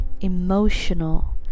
emotional